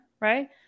right